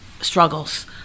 struggles